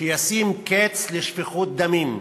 שישים קץ לשפיכות דמים.